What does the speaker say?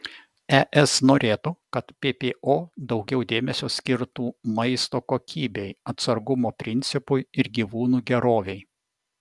es norėtų kad ppo daugiau dėmesio skirtų maisto kokybei atsargumo principui ir gyvūnų gerovei